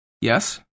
Yes